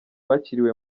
bakiriwe